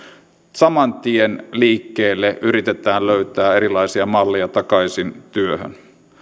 saman tien liikkeelle yritetään löytää erilaisia malleja takaisin työhön